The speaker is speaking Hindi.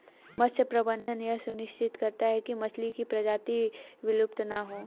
मत्स्य प्रबंधन यह सुनिश्चित करता है की मछली की प्रजाति विलुप्त ना हो